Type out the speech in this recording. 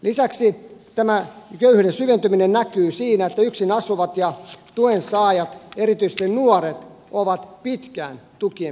lisäksi tämä köyhyyden syventyminen näkyy siinä että yksinasuvat ja tuensaajat erityisesti nuoret ovat pitkään tukien piirissä